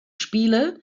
spiele